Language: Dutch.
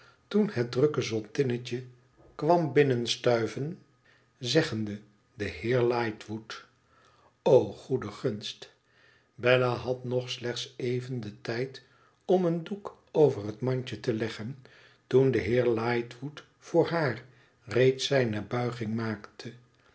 toen het drukke zottinnetje kwam binnenstuiven zeggende de heer lightwood o goede gunst bella had nog slechts even den tijd om een doek over het mandje te leggen toen de heer lightwood voor haar reeds zijne buiging maakte